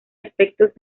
aspectos